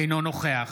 אינו נוכח